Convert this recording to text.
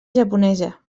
japonesa